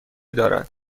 دارد